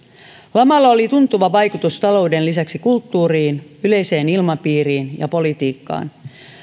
lamalla oli tuntuva vaikutus talouden lisäksi kulttuuriin yleiseen ilmapiiriin ja politiikkaan